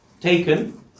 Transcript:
taken